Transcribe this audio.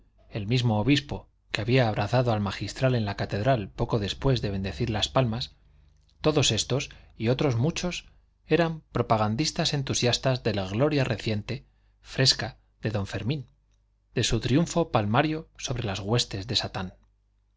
el mismo obispo que había abrazado al magistral en la catedral poco después de bendecir las palmas todos estos y otros muchos eran propagandistas entusiastas de la gloria reciente fresca de don fermín de su triunfo palmario sobre las huestes de satán